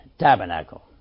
tabernacle